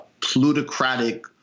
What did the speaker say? plutocratic